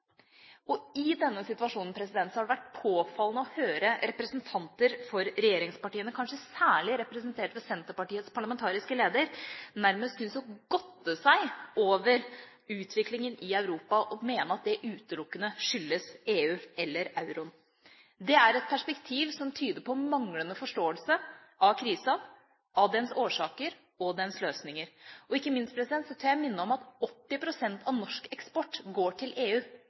rammet. I denne situasjonen har det vært påfallende å høre representanter for regjeringspartiene – kanskje særlig representert ved Senterpartiets parlamentariske leder – som nærmest synes å godte seg over utviklingen i Europa og mene at det utelukkende skyldes EU eller euroen. Det er et perspektiv som tyder på manglende forståelse av krisa, av dens årsaker og dens løsninger. Ikke minst tør jeg minne om at 80 pst. av norsk eksport går til EU.